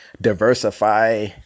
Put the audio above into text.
diversify